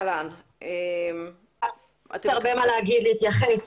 יש לי הרבה מה להגיד, להתייחס.